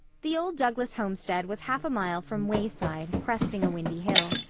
the old douglas homestead was half a mile from wayside cresting a windy hill.